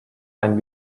mein